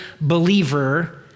believer